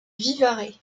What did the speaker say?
vivarais